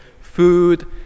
food